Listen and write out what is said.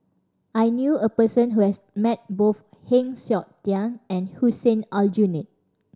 I knew a person who has met both Heng Siok Tian and Hussein Aljunied